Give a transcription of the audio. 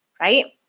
Right